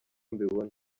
mbibona